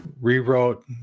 rewrote